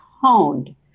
honed